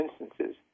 instances